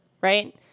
right